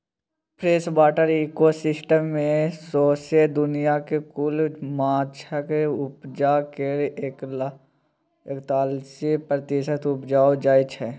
freshwater ecosystem मे सौसें दुनियाँक कुल माछक उपजा केर एकतालीस प्रतिशत उपजाएल जाइ छै